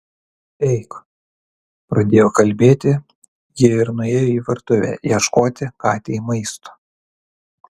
eik pradėjo kalbėti ji ir nuėjo į virtuvę ieškoti katei maisto